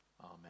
Amen